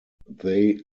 they